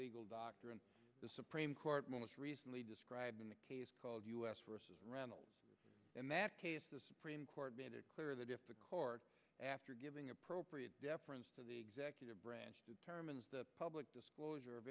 legal doctrine the supreme court most recently described in the case called us versus randall in that case the supreme court made it clear that if a court after giving appropriate deference to the executive branch determines the public disclosure of